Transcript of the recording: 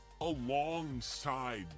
alongside